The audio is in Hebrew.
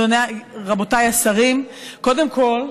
רבותיי השרים, קודם כול,